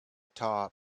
top